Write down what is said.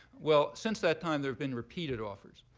well, since that time, there have been repeated offers.